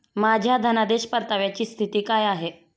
माझ्या धनादेश परताव्याची स्थिती काय आहे?